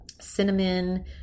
cinnamon